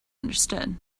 understood